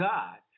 God